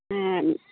ᱦᱮᱸ